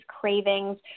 cravings